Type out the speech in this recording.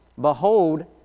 Behold